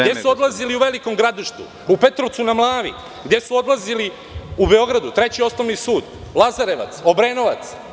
Gde su odlazili u Velikom Gradištu, u Petrovcu na Mlavi, gde su odlazili u Beogradu, Treći osnovni sud, Lazarevac, Obrenovac?